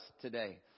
today